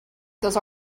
those